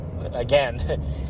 Again